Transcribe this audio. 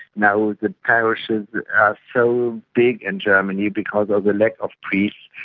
now the parishes are so big in germany because of the lack of priests,